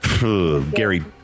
Gary